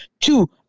Two